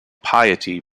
piety